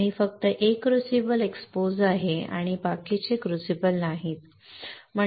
आणि फक्त एक क्रूसिबल एक्सपोज आहे बाकीचे क्रूसिबल नाहीत